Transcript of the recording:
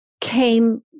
came